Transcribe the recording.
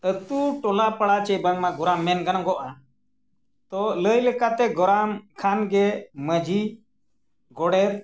ᱟᱛᱳ ᱴᱚᱞᱟ ᱯᱟᱲᱟ ᱥᱮ ᱵᱟᱝᱢᱟ ᱜᱚᱨᱟᱢ ᱢᱮᱱ ᱜᱟᱱᱚᱜᱼᱟ ᱛᱚ ᱞᱟᱹᱭ ᱞᱮᱠᱟᱛᱮ ᱜᱚᱨᱟᱢ ᱠᱷᱟᱱ ᱜᱮ ᱢᱟᱺᱡᱷᱤ ᱜᱚᱰᱮᱛ